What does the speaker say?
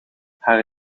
haar